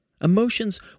Emotions